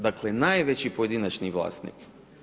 Dakle najveći pojedinačni vlasnik.